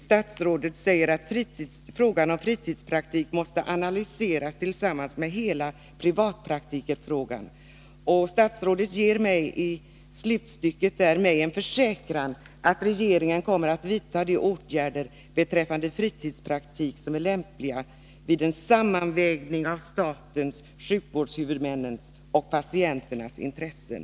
Statsrådet säger där: ”Frågan om fritidspraktik måste analyseras tillsammans med hela privatpraktikerfrågan.” Och statsrådet ger i slutstycket mig en försäkran om att ”regeringen kommer att vidta de åtgärder beträffande fritidspraktik som är lämpliga vid en sammanvägning av statens, sjukvårdshuvudmännens och patienternas intressen”.